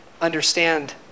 understand